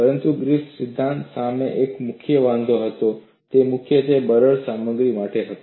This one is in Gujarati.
પરંતુ ગ્રિફિથ સિદ્ધાંત સામે એક મુખ્ય વાંધો હતો તે મુખ્યત્વે બરડ સામગ્રી માટે હતો